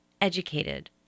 educated